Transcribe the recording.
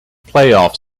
playoff